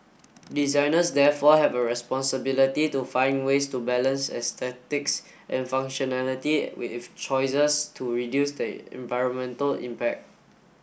designers therefore have a responsibility to find ways to balance aesthetics and functionality with choices to reduce the environmental impact